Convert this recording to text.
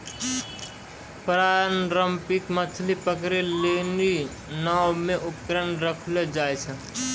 पारंपरिक मछली पकड़ै लेली नांव मे उपकरण रखलो जाय छै